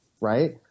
right